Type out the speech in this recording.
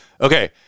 okay